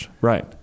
Right